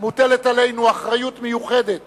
מוטלת עלינו אחריות מיוחדת